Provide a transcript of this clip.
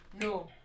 no